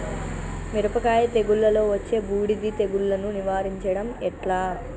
మిరపకాయ తెగుళ్లలో వచ్చే బూడిది తెగుళ్లను నివారించడం ఎట్లా?